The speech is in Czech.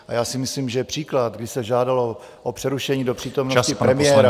A já si myslím, že příklad, kdy se žádalo o přerušení do přítomnosti premiéra...